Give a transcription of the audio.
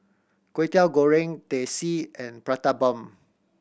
Kway Teow Goreng Teh C and Prata Bomb